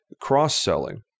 cross-selling